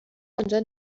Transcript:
آنجا